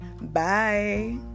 bye